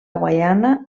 guaiana